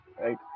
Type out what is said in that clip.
right